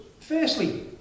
firstly